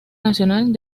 nacional